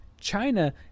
China